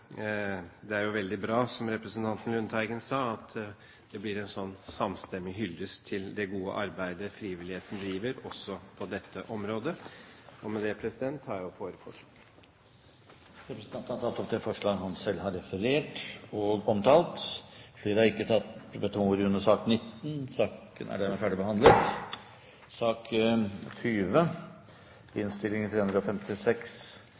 det er jo veldig bra, som representanten Lundteigen sa, at det blir en samstemmig hyllest til det gode arbeidet frivilligheten driver også på dette området. Med dette tar jeg opp vårt forslag. Representanten Hans Olav Syversen har tatt opp det forslaget han refererte til. Flere har ikke bedt om ordet til sak nr. 19. Jeg vil bare på vegne av komiteen anbefale flertallsinnstillingen og